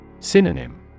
Synonym